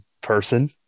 person